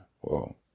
whoa